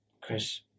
Chris